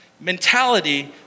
mentality